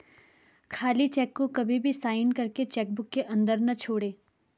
खाली चेक को कभी भी साइन करके चेक बुक के अंदर न छोड़े